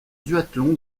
duathlon